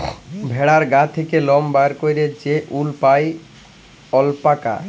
ভেড়ার গা থ্যাকে লম বাইর ক্যইরে যে উল পাই অল্পাকা